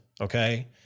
Okay